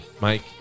Mike